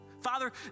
Father